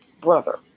brother